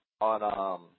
on